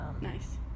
nice